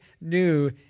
new